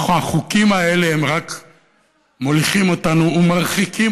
החוקים האלה רק מוליכים אותנו ומרחיקים